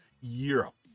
Europe